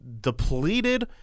depleted